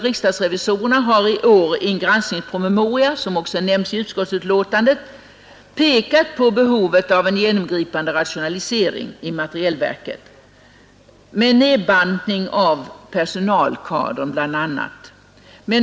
Riksdagsrevisorerna har i år i en granskningspromemoria som också nämns i utskottsbetänkandet pekat på behovet av en genomgripande rationalisering inom materielverket med bl.a. nedbantning av personalkadrerna.